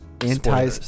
anti